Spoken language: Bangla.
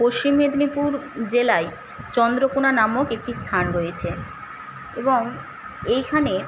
পশ্চিম মেদিনীপুর জেলায় চন্দ্রকোনা নামক একটি স্থান রয়েছে এবং এখানে